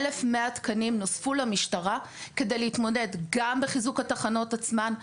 1,100 תקנים נוספו למשטרה כדי להתמודד גם בחיזוק התחנות עצמן,